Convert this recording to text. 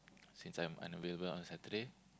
since I am unavailable on Saturday